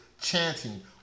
chanting